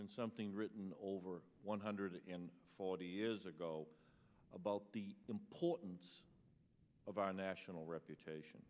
and something written over one hundred forty years ago about the importance of our national reputation